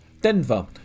Denver